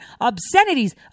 obscenities